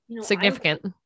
significant